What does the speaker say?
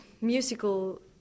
musical